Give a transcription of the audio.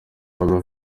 papa